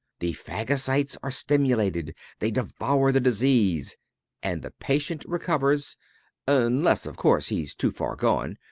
the phagocytes are stimulated they devour the disease and the patient recovers unless, of course, he's too far gone.